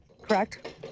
correct